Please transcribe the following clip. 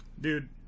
dude